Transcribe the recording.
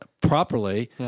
properly